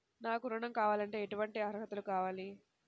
నాకు ఋణం కావాలంటే ఏటువంటి అర్హతలు కావాలి?